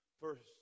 First